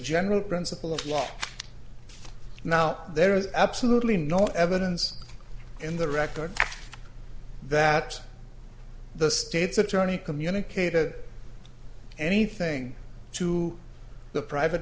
general principle of law now there is absolutely no evidence in the record that the state's attorney communicated anything to the private